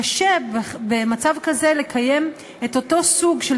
קשה במצב כזה לקיים את אותו סוג של